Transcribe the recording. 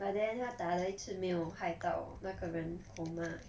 but then 他打了一次没有害到那个人 coma